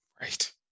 Right